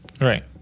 Right